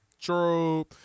true